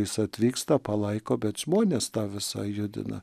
jis atvyksta palaiko bet žmonės tą visa judina